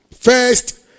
first